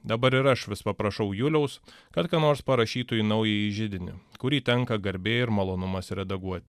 dabar ir aš vis paprašau juliaus kad ką nors parašytų į naująjį židinį kurį tenka garbė ir malonumas redaguot